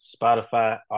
Spotify